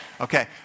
Okay